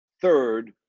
Third